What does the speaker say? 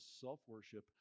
self-worship